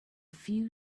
few